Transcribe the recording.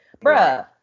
Bruh